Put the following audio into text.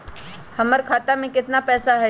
हमर खाता में केतना पैसा हई?